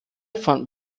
van